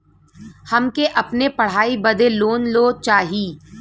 हमके अपने पढ़ाई बदे लोन लो चाही?